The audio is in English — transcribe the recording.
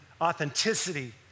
authenticity